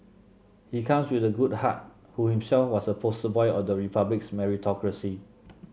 he comes with a good heart who himself was a poster boy of the Republic's meritocracy